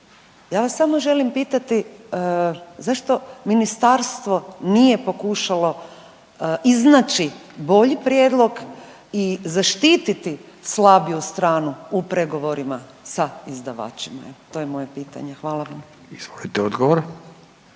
Ja vas samo želim pitati zašto ministarstvo nije pokušalo iznaći bolji prijedlog i zaštititi slabiju stranu u pregovorima sa izdavačima? Evo, to je moje pitanje. Hvala. **Radin, Furio